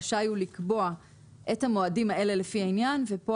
רשאי הוא לקבוע את המועדים האלה לפי העניין" וכאן